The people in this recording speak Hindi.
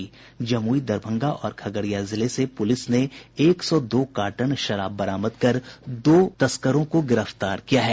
जमुई दरभंगा और खगड़िया जिले से पुलिस ने एक सौ दो कार्टन विदेशी शराब बरामद कर दो लोगों को गिरफ्तार किया है